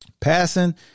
Passing